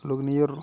ଲୋକ ନିଅର୍